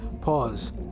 Pause